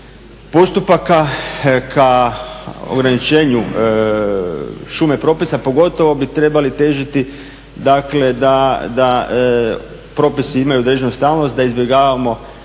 postupaka, ka ograničenju šume propisa. Pogotovo bi trebali težiti dakle da propisi imaju određenu stalnost da izbjegavamo prečesto,